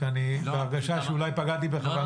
כי אני בהרגשה שאולי פגעתי בך.